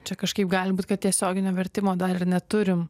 čia kažkaip gali būt kad tiesioginio vertimo dar ir neturim